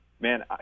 man